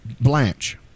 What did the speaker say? Blanche